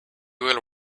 will